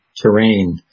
terrain